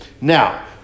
Now